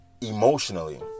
Emotionally